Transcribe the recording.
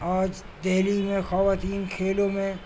آج دہلی میں خوواتین کھیلوں میں